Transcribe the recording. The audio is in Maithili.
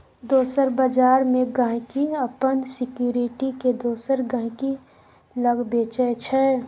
दोसर बजार मे गांहिकी अपन सिक्युरिटी केँ दोसर गहिंकी लग बेचय छै